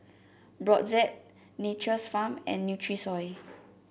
Brotzeit Nature's Farm and Nutrisoy